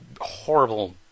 horrible